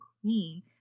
queen